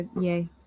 yay